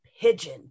pigeon